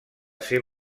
ser